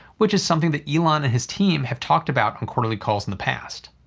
which is something that elon and his team have talked about on quarterly calls in the past.